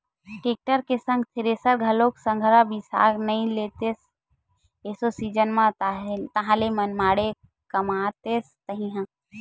tractor के संग थेरेसर घलोक संघरा बिसा नइ लेतेस एसो सीजन म ताहले मनमाड़े कमातेस तही ह